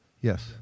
Yes